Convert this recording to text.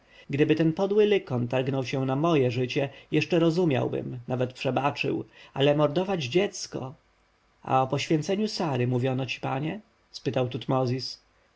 gdyby ten podły lykon targnął się na moje życie jeszcze rozumiałbym nawet przebaczył ale mordować dziecko a o poświęceniu sary mówiono ci panie spytał tutmozis